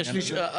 יש לי שאלה.